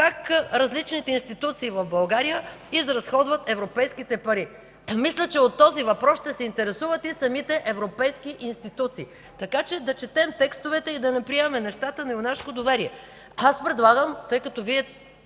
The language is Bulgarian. как различните институции в България изразходват европейските пари. Мисля, че от този въпрос ще се интересуват и самите европейски институции. Така че да четем текстовете и да не приемаме нещата на юнашко доверие. Аз предлагам, тъй като Вие